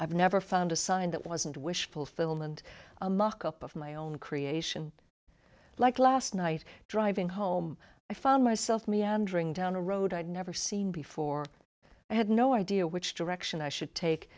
i've never found a sign that wasn't a wish fulfillment a mockup of my own creation like last night driving home i found myself meandering down a road i'd never seen before i had no idea which direction i should take